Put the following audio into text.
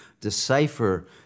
decipher